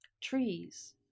trees